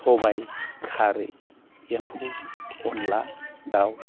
सबाइ खारै एम्फौ अनला दाव